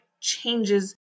changes